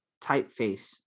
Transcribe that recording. typeface